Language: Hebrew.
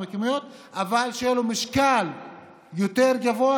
אבל שיהיה לו משקל יותר גבוה,